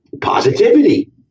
Positivity